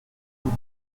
tout